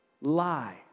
lie